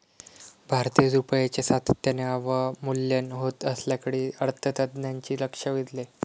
भारतीय रुपयाचे सातत्याने अवमूल्यन होत असल्याकडे अर्थतज्ज्ञांनी लक्ष वेधले